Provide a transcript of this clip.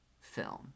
film